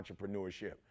entrepreneurship